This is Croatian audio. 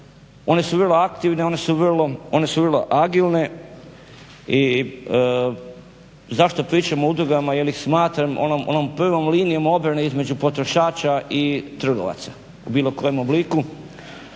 One su vrlo aktivne i one su vrlo agilne. Zašto pričam o udrugama? Jer ih smatram onom prvom linijom obrane između potrošača i trgovaca u bilo kojem obliku.